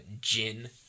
gin